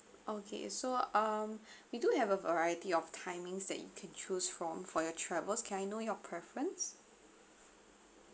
okay so um we do have a variety of timings that you can choose from for your travels can I know your preference